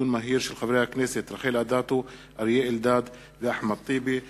חברי הכנסת רחל אדטו, אריה אלדד ואחמד טיבי.